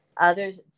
Others